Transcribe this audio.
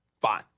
fine